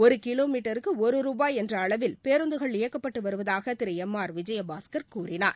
ஒரு கிலோமீட்டருக்கு ஒரு ரூபாய் என்ற அளவில் பேருந்துகள் இயக்கப்பட்டு வருவதாக திரு எம் ஆர் விஜயபாஸ்கர் கூறினார்